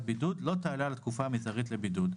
בידוד לא תעלה על התקופה המזערית לבידוד.